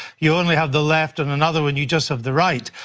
you only have the left and another one you just have the right.